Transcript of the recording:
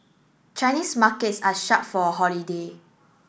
Chinese markets are shut for a holiday